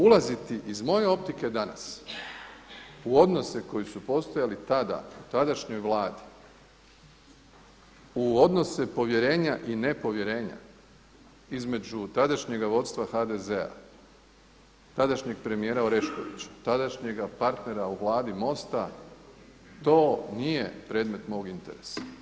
Ulaziti iz moje optike danas u odnose koji su postojali tada u tadašnjoj vladi u odnose povjerenja i nepovjerenja između tadašnjega vodstva HDZ-a, tadašnjeg premijera Oreškovića, tadašnjega partnera u vladi MOST-a, to nije predmet mog interesa.